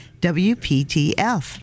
WPTF